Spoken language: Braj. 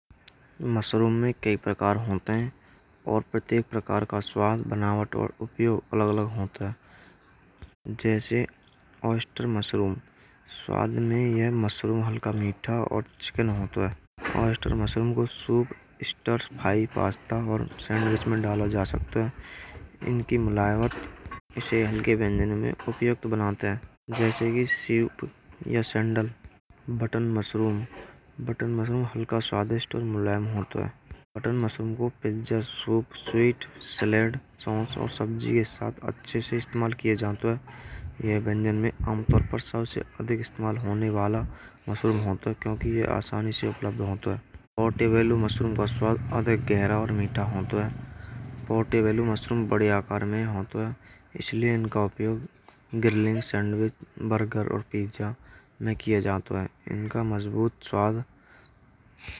मशरूम महँ कई प्रकार होतें हैं। और प्रत्येक प्रकार का स्वाद बनावट और उपयोग अलग-अलग होता है। जैसा ओएस्टर मशरूम। स्वाद में यह मशरूम हल्का मीठो और चिकना होता है। ओएस्टर मशरूम का सूप, स्टार्च, फ्राइ, पास्ता या सैंडविच में डालो जा सकता है। इनकी मिलावट की व्यंजन में उपयोगी बनाते हैं। जैसे की सेब या सैंडल बटन मशरूम। बटन मशरूम हलको स्वादिष्ट और मुलायम होता है। बटन मशरूम को पिन्जर स्वीट, सॉस और सब्जी के साथ अच्छे से इस्तेमाल किया जाएँ है। यह व्यंजन में सबसे अधिक इस्तेमाल होने वाला मशरूम होता है। क्योंकि यह आसानी से उपलब्ध होता है। प्रीतेबल मशरूम का स्वाद अधिक गहरा और मीठो होता है। पोर्टेबल मशरूम बड़े आकार में होता है। इसलिए उनका उपयोग ग्रिल, सैंडविच, बर्गर में किया जाता है। इनका मजबूत स्वाद अच्छा होता है।